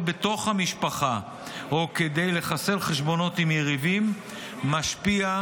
בתוך המשפחה או כדי לחסל חשבונות עם יריבים משפיע",